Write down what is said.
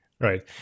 Right